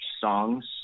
songs